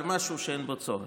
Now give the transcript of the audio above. על משהו שאין בו צורך.